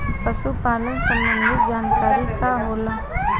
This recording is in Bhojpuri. पशु पालन संबंधी जानकारी का होला?